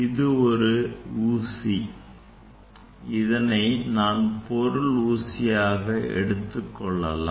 இது ஒரு ஊசி இதனை நான் பொருள் ஊசியாக கொள்ளலாம்